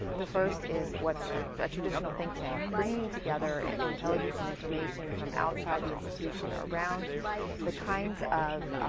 the first is what's ah a traditional think tank. bringing together intelligence and information from outside the institution around the kinds of